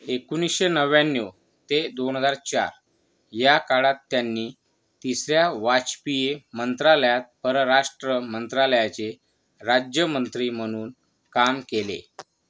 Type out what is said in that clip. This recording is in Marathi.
एकोणीसशे नव्याण्णव ते दोन हजार चार या काळात त्यांनी तिसऱ्या वाजपेयी मंत्रालयात परराष्ट्र मंत्रालयाचे राज्यमंत्री म्हणून काम केले